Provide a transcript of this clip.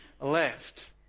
left